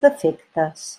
defectes